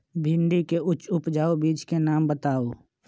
भिंडी के उच्च उपजाऊ बीज के नाम बताऊ?